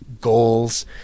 goals